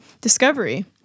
discovery